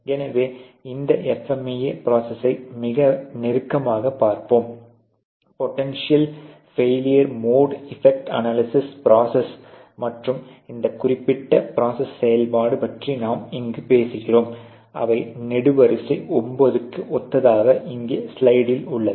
எனவே இந்த FMEA ப்ரோசஸ்யை மிக நெருக்கமாகப் பார்ப்போம் potential failure mode effect analysis process மற்றும் இந்த குறிப்பிட்ட ப்ரோசஸ் செயல்பாடு பற்றி நாம் இங்கு பேசுகிறோம் அவை நெடுவரிசை 9 க்கு ஒத்ததாக இங்கே ஸ்லைடில் உள்ளது